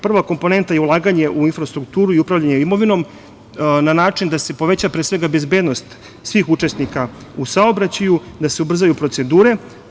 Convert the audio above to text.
Prva komponenta je ulaganje u infrastrukturu i upravljanje imovinom na način da se poveća pre svega bezbednost svih učesnika u saobraćaju, da se ubrzaju procedure.